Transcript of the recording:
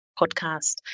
podcast